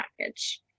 package